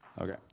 Okay